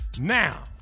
Now